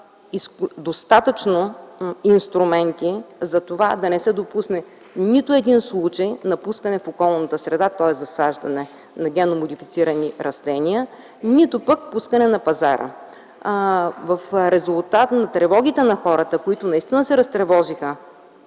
достатъчно инструменти да не се допусне нито един случай на пускане в околната среда, т.е. засаждане на генно-модифицирани растения, нито пък пускане на пазара. В резултат на тревогите на хората, че от утре започват